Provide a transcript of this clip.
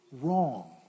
wrong